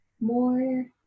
more